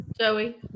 Joey